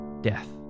death